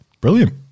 Brilliant